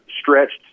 stretched